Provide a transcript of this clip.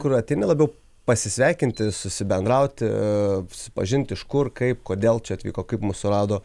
kur ateina labiau pasisveikinti susibendrauti susipažinti iš kur kaip kodėl čia atvyko kaip mus surado